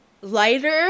lighter